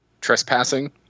Trespassing